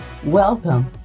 Welcome